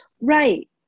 Right